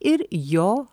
ir jo